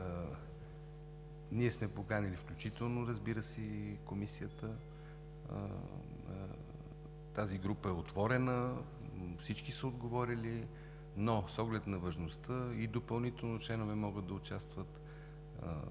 Ние сме поканили включително и Комисията – тази група е отворена. Всички са отговорили, но с оглед на важността и допълнително членове могат да участват.